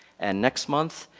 and next month.